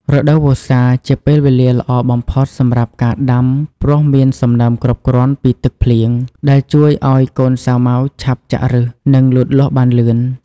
រដូវវស្សា ជាពេលវេលាល្អបំផុតសម្រាប់ការដាំ ព្រោះមានសំណើមគ្រប់គ្រាន់ពីទឹកភ្លៀង ដែលជួយឲ្យកូនសាវម៉ាវឆាប់ចាក់ឫស និងលូតលាស់បានលឿន។